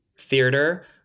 Theater